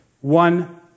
one